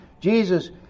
Jesus